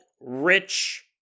rich